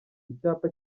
icyapa